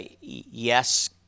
Yes